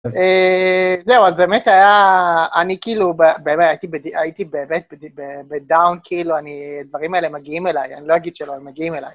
זהו, אז באמת היה, אני כאילו באמת הייתי באמת בדאון, כאילו (אני) דברים האלה מגיעים אליי, אני לא אגיד שלא, הם מגיעים אליי.